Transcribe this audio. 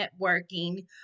networking